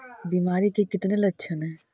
बीमारी के कितने लक्षण हैं?